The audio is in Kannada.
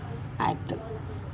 ಆಯಿತು